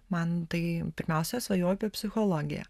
man tai pirmiausia svajoju apie psichologiją